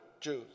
Jews